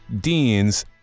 dean's